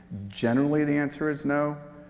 generally the answer is no.